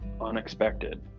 unexpected